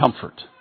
comfort